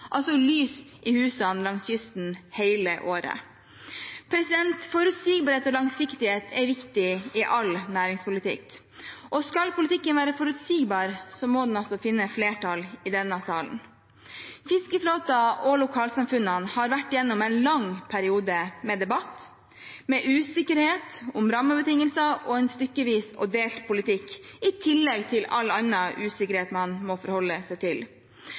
altså lys i husene langs kysten hele året. Forutsigbarhet og langsiktighet er viktig i all næringspolitikk. Skal politikken være forutsigbar, må den finne flertall i denne salen. Fiskeflåten og lokalsamfunnene har vært gjennom en lang periode med debatt, med usikkerhet om rammebetingelser og en stykkevis og delt politikk, i tillegg til all annen usikkerhet som man må forholde seg til.